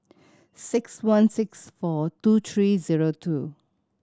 six one six four two three zero two